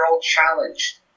challenged